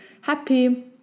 happy